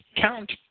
Count